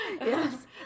Yes